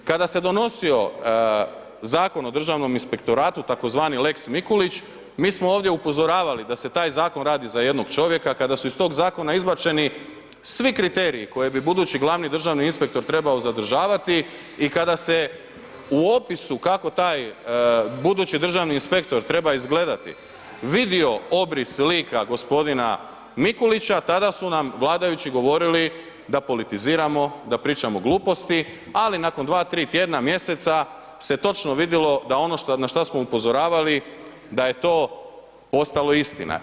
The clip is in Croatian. Kada se donosio Zakon o državnom inspektoratu tzv. lex Mikulić, mi smo ovdje upozoravali da se taj zakon radi za jednog čovjeka kada su iz tog zakona izbačeni svi kriteriji koje bi budući glavni državni inspektor trebao zadržavati i kada se u opisu kako taj budući državni inspektor treba izgledati vidio obris lika gospodina Mikulića tada su nam vladajući govorili da politiziramo, da pričamo gluposti, ali nakon 2, 3 tjedna, mjeseca se točno vidjelo da ono na šta smo upozoravali da je to ostalo istina.